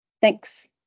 Thanks